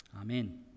Amen